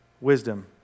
wisdom